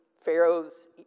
Pharaoh's